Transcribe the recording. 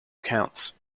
counts